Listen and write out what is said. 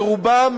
לרובם